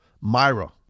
myra